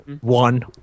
One